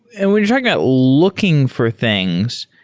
and when you're talking about looking for things,